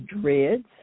DREADS